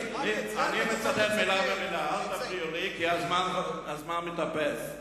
אל תפריע לי כי הזמן מתאפס.